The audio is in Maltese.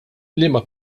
liema